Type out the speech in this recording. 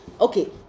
Okay